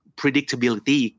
predictability